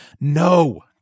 No